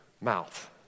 mouth